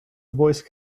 voice